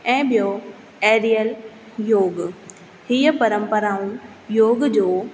ऐं ॿियों एरियल योग हीअ परंपराऊं योग जो